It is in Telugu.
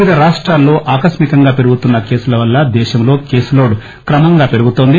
వివిధ రాష్టాల్లో ఆకస్మికంగా పెరుగుతున్న కేసుల వల్ల దేశంలో కేస్ లోడ్ క్రమంగా పెరుగుతోంది